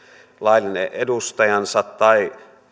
laillinen edustajansa tai